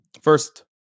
first